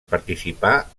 participà